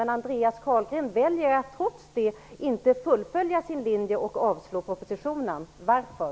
Trots det väljer Andreas Carlgren att inte fullfölja sin linje och yrka avslag på propositionen. Varför?